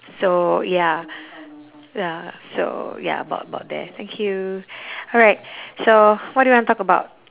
so ya ya so ya thank you alright so what do you want to talk about